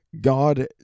God